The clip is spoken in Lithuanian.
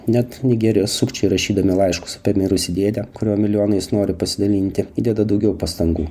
net nigerijos sukčiai rašydami laiškus apie mirusį dėdę kurio milijonais nori pasidalinti įdeda daugiau pastangų